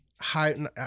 high